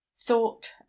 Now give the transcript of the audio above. thought